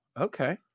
okay